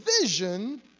vision